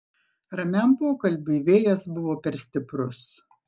ramiam pokalbiui vėjas buvo per stiprus